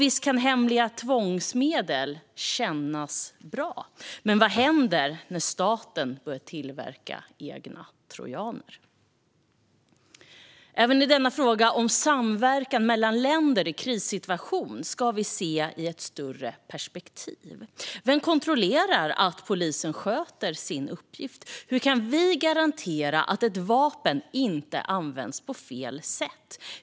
Visst kan hemliga tvångsmedel kännas bra, men vad händer när staten börjar tillverka egna trojaner? Även denna fråga om samverkan mellan länder i krissituationer ska ses i ett större perspektiv. Vem kontroller att polisen sköter sin uppgift? Hur kan vi garantera att vapen inte används på fel sätt?